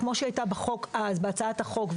כמו שהיא הייתה בהצעת החוק אז,